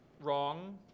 wrong